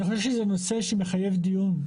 אני חושב שזה נושא שמחייב דיון,